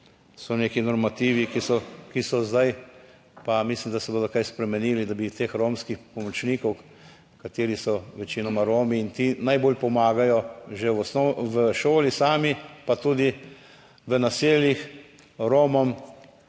so neki normativi, ki so, ki so, zdaj pa mislim, da se bo kaj spremenilo, da bi teh romskih pomočnikov, kateri so večinoma Romi in ti najbolj pomagajo že v šoli sami, pa tudi v naseljih Romom,